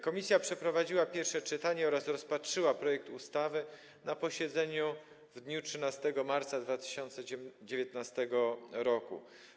Komisja przeprowadziła pierwsze czytanie oraz rozpatrzyła projekt ustawy na posiedzeniu w dniu 13 marca 2019 r.